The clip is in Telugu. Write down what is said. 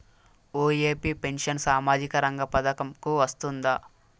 ఒ.ఎ.పి పెన్షన్ సామాజిక రంగ పథకం కు వస్తుందా?